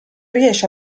riesce